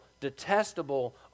detestable